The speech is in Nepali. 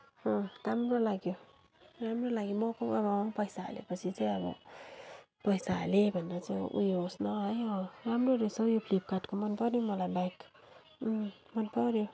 अँ राम्रो लाग्यो राम्रो लाग्यो मगाऊ अब अँ पैसा हालेपछि चाहिँ अब पैसा हालेँ भनेर चाहिँ ऊ यो होस् न है राम्रो रहेछ हौ यो फिल्पकार्टको मन पर्यो मलाई ब्याग मन पर्यो